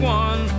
one